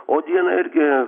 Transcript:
o dieną irgi